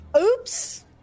oops